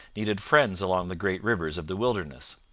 needed friends along the great rivers of the wilderness.